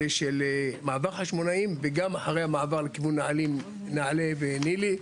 של מעבר חשמונאים וגם אחרי המעבר לכיוון נעלה וניל"י,